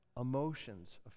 emotions